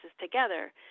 together